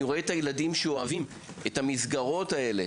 רואה את הילדים שאוהבים את המסגרות האלה,